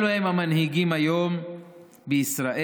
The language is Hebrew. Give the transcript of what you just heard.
אלו המנהיגים היום בישראל.